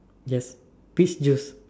yes peach juice